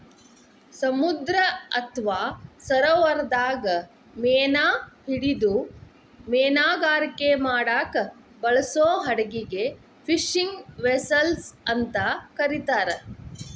ಸಮುದ್ರ ಅತ್ವಾ ಸರೋವರದಾಗ ಮೇನಾ ಹಿಡಿದು ಮೇನುಗಾರಿಕೆ ಮಾಡಾಕ ಬಳಸೋ ಹಡಗಿಗೆ ಫಿಶಿಂಗ್ ವೆಸೆಲ್ಸ್ ಅಂತ ಕರೇತಾರ